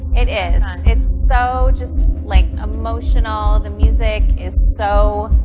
it is. it's so just like emotional, the music is so.